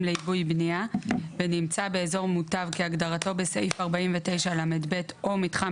לעיבוי בנייה ונמצא באזור מוטב כהגדרתו בסעיף 49לב או מתחם